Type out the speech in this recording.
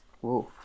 Whoa